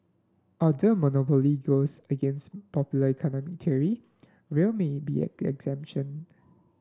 although a monopoly goes against popular economic theory rail may be an exception